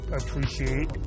appreciate